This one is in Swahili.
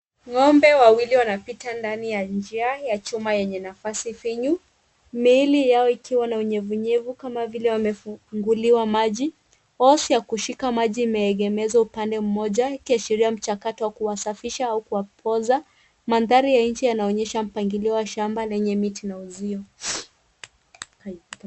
Ng'ombe wawili wanapita ndani ya njia ya chuma yenye nafasi finyu miili yao ikiwa na unyevu nyevu kama vile wamefunguliwa maji. hosi ya kushika maji imeegezwa upande mmoja ikiashiria mchakato wa kuwasafisha au kuwapooza. Mandhari ya nchi yanaonyesha mpangilio wa shamba wenye miti na uzio.